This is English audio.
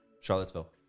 Charlottesville